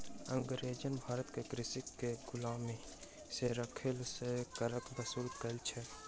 अँगरेज भारत में कृषक के गुलामी में राइख सभ सॅ कर वसूल करै छल